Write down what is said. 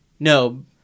No